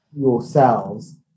yourselves